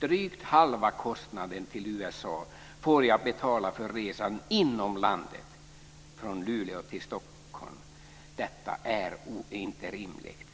Drygt halva kostnaden till USA får jag betala för resan inom landet - från Luleå till Stockholm. Detta är inte rimligt!